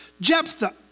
Jephthah